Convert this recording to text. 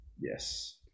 Yes